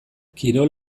kirol